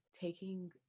taking